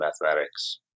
mathematics